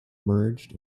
merged